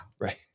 right